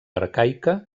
arcaica